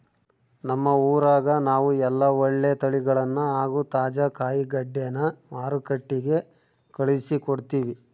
ನಮ್ಮ ಊರಗ ನಾವು ಎಲ್ಲ ಒಳ್ಳೆ ತಳಿಗಳನ್ನ ಹಾಗೂ ತಾಜಾ ಕಾಯಿಗಡ್ಡೆನ ಮಾರುಕಟ್ಟಿಗೆ ಕಳುಹಿಸಿಕೊಡ್ತಿವಿ